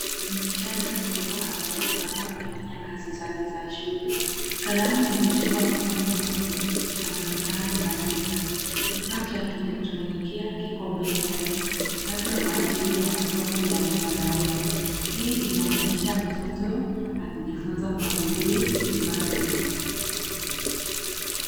Msichana mdogo anatabasamu akifanya kazi zake za shule. Kalamu imeshikwa mkononi mwake, akionekana kuandika. Kifaa cha kielektronikia kiko mbele yake, labda kwa ajili ya masomo ya mtandaoni. Hii inaonyesha mtoto akijifunza kwa bidii nyumbani.